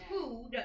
food